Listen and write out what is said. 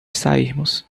sairmos